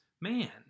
man